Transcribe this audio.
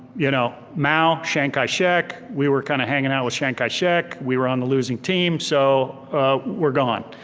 you know mao, chiang kai-shek, we were kind of hanging out with chiang kai-shek, we were on the losing team, so we're gone.